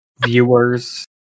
viewers